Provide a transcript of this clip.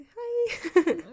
hi